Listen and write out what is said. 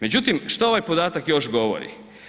Međutim što ovaj podatak još govori?